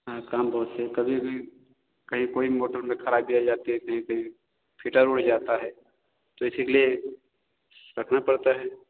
हाँ काम बहोत है कभी भी कई कोई मोटर में खराबी आ जाती है कहीं से फिटर उड़ जाता है तो इसीलिए रखना पड़ता है